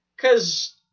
Cause